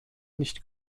nicht